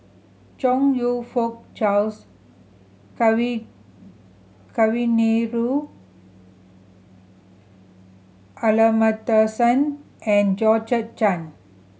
Chong You Fook Charles Kavignareru Amallathasan and Georgette Chen